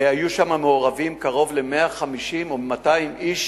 לקראת ביצוע המשימה היו מעורבים שם קרוב ל-150 או 200 איש.